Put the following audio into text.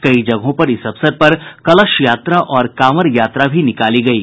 कई जगहों पर इस अवसर पर कलश यात्रा और कांवर यात्रा भी निकाली गयी